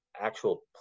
actual